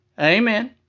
Amen